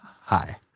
hi